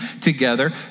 together